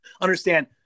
Understand